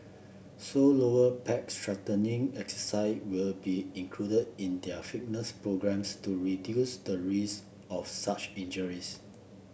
so lower back strengthening exercise will be included in their fitness programmes to reduce the risk of such injuries